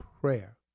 prayer